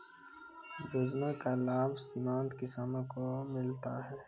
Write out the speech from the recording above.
योजना का लाभ सीमांत किसानों को मिलता हैं?